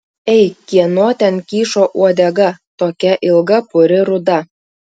ei kieno ten kyšo uodega tokia ilga puri ruda